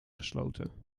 gesloten